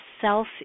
self